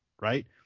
right